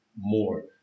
more